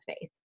faith